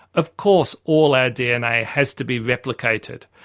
of course all our dna has to be replicated,